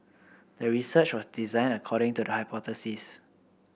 the research was designed according to the hypothesis